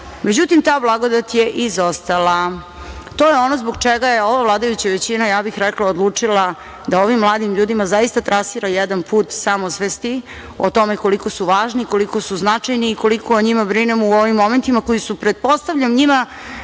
međutim, ta blagodet je izostala. To je ono zbog čega je ova vladajuća većina, ja bih rekla, odlučila da ovim mladim ljudima zaista trasira jedan put samosvesti o tome koliko su važni, koliko su značajni i koliko o njima brinemo u ovim momentima koji su, pretpostavljam, njima